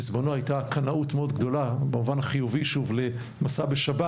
בזמנו הייתה קנאות מאוד גדולה במובן החיובי למסע בשבת.